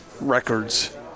records